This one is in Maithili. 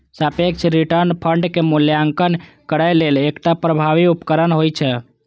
सापेक्ष रिटर्न फंडक मूल्यांकन करै लेल एकटा प्रभावी उपकरण होइ छै